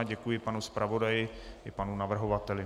Děkuji panu zpravodaji i panu navrhovateli.